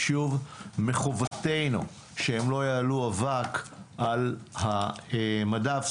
שוב, מחובתנו שהם לא יעלו אבק על המדף.